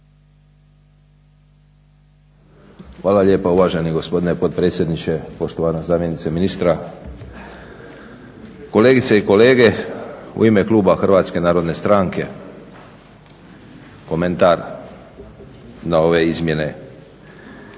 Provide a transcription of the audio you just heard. Hvala lijepa uvaženi gospodine potpredsjedniče, poštovana zamjenice ministra, kolegice i kolege. U ime kluba HNS-a komentar na ove izmjene